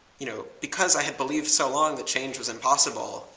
you know, because i had believed so long that change was impossible,